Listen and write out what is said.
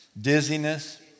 dizziness